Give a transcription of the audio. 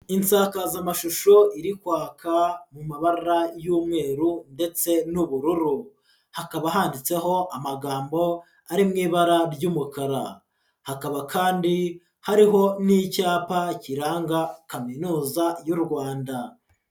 Insakazamashusho iri kwaka mu mabara y'umweru, ndetse n'ubururu, hakaba handitseho amagambo ari mu ibara ry'umukara, hakaba kandi hariho n'icyapa kiranga kaminuza y'u Rwanda.